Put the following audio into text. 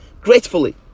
gratefully